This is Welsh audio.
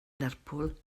lerpwl